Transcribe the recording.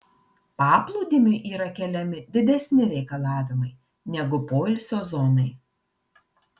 paplūdimiui yra keliami didesni reikalavimai negu poilsio zonai